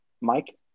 Mike